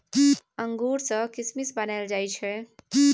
अंगूर सँ किसमिस बनाएल जाइ छै